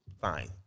fine